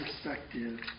perspective